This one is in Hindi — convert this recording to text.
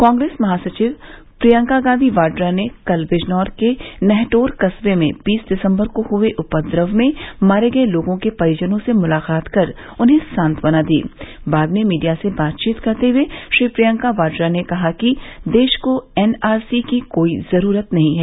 कांग्रेस महासचिव प्रियंका गांधी वाड्रा ने कल बिजनौर के नहटौर कस्वे में बीस दिसम्बर को हुए उपद्रव में मारे गये लोगों के परिजनों से मुलाकात कर उन्हें सांत्वना दी बाद में मीडिया से बातचीत करते हुए श्रीमती प्रियंका वाड्रा ने कहा कि देश को एनआरसी की कोई ज़रूरत नहीं है